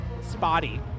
spotty